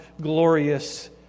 glorious